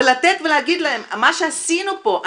מה שעשינו פה,